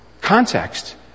context